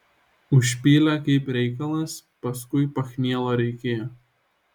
užpylė kaip reikalas paskui pachmielo reikėjo